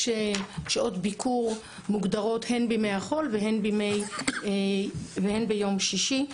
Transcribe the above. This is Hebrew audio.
יש שעות ביקור מוגדרות הן בימי החול והן ביום שישי.